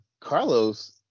Carlos